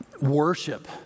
worship